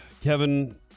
Kevin